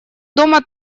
дома